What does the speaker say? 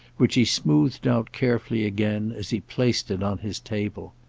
which he smoothed out carefully again as he placed it on his table.